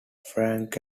frank